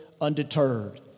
undeterred